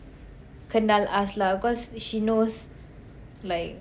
kenal us lah cause she knows like